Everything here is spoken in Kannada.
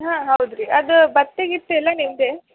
ಹಾಂ ಹೌದ್ರಿ ಅದು ಭತ್ತೆ ಗಿತ್ತೆ ಎಲ್ಲ ನಿಮ್ಮದೇ